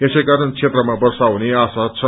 यसैक्कारण क्षेत्रमा वर्षा हुने आशा छ